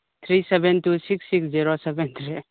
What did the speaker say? three seven two six six zero seven three